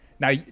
Now